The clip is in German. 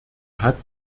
hat